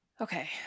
Okay